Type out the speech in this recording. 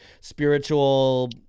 Spiritual